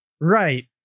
Right